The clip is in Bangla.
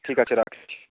ঠিক আছে রাখছি